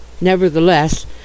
Nevertheless